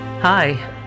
Hi